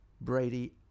Brady